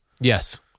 Yes